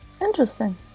Interesting